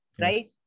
right